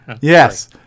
Yes